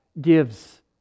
gives